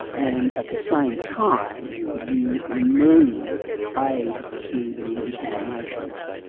and at the same time, you remove aid to the religious denominations.